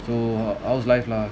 so how's life lah